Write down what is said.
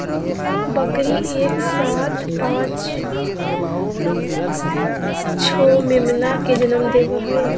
बकरी एक साथ पांच छो मेमना के जनम देवई हई